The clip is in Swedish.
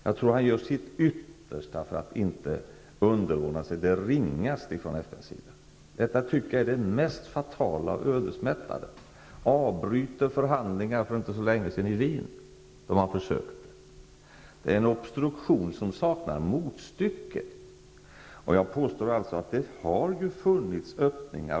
Jag tror att han gör sitt yttersta för att inte underordna sig det ringaste från FN:s sida. Det är det mest fatala och ödesmättade. Förhandlingar avbröts för inte så länge sedan i Wien, då man gjorde försök att åstadkomma något. Det är en obstruktion som saknar motstycke. Jag påstår alltså att det har funnits öppningar.